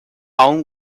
own